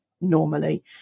normally